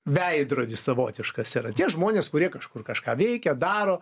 veidrodis savotiškas yra tie žmonės kurie kažkur kažką veikia daro